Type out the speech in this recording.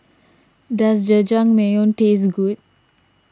does Jajangmyeon taste good